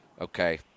Okay